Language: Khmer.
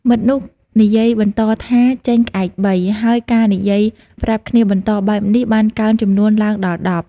មិត្តនោះនិយាយបន្តថាចេញក្អែកបី ហើយការនិយាយប្រាប់គ្នាបន្តបែបនេះ បានកើនចំនួនឡើងដល់ដប់ ។